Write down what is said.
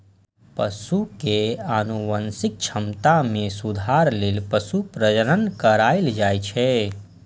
पशु के आनुवंशिक क्षमता मे सुधार लेल पशु प्रजनन कराएल जाइ छै